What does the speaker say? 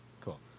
cool